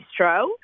Bistro